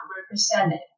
represented